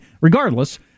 regardless